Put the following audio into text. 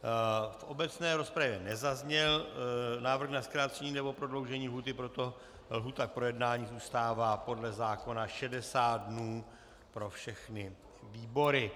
V obecné rozpravě nezazněl návrh na zkrácení nebo prodloužení lhůty, proto lhůta k projednání zůstává podle zákona 60 dnů pro všechny výbory.